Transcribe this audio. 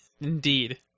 Indeed